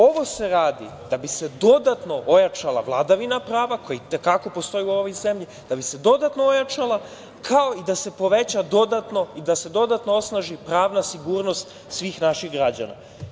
Ovo se radi da bi se dodatno ojačala vladavina prava koja i te kako postoji u ovoj zemlji, da bi se dodatno ojačala, kao i da se poveća dodatno i da se dodatno osnaži pravna sigurnost svih naših građana.